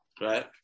right